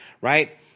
right